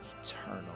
eternal